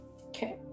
Okay